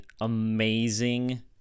amazing